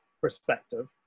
perspective